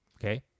Okay